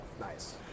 Nice